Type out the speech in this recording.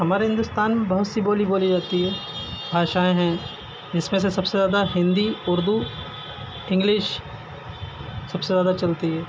ہمارے ہندوستان میں بہت سی بولی بولی جاتی ہے بھاشائیں ہیں جس میں سے سب سے زیادہ ہندی اردو انگلش سب سے زیادہ چلتی ہے